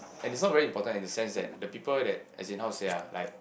and it's not very important in the sense that the people that as in how to say ah like